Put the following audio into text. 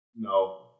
No